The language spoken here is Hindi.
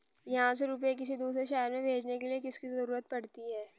यहाँ से रुपये किसी दूसरे शहर में भेजने के लिए किसकी जरूरत पड़ती है?